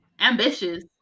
Ambitious